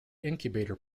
incubator